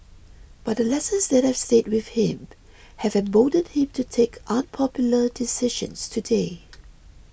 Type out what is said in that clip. but the lessons that have stayed with him have emboldened him to take unpopular decisions today